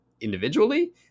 individually